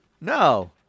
No